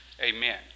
amen